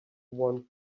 want